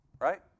Right